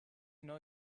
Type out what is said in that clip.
know